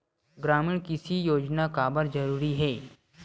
ग्रामीण कृषि योजना काबर जरूरी हे?